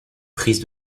prise